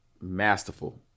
Masterful